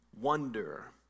wonder